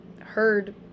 heard